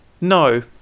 no